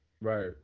Right